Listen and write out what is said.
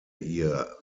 ihr